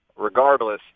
Regardless